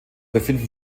befinden